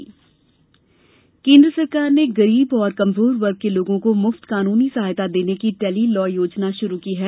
tele law योजना केंद्र सरकार ने गरीब और कमजोर वर्ग के लोगों को मुफ्त कानूनी सहायता देने की टेली लॉ योजना शुरू की है